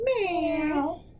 Meow